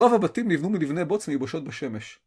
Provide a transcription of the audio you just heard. אף הבתים נבנו מלבנה בוץ מיובשות בשמש.